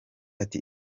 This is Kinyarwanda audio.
ati